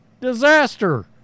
disaster